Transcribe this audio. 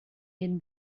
den